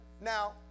now